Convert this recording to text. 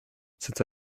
since